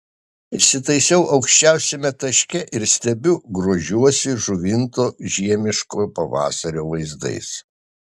įsitaisau aukščiausiame taške ir stebiu grožiuosi žuvinto žiemiško pavasario vaizdais